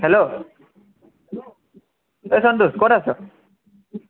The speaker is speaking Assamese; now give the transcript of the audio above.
হেল্ল' ঐ সন্তোষ ক'ত আছ